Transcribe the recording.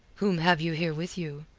whom have you here with you?